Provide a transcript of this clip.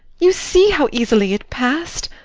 you see how easily it passed!